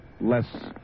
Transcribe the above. less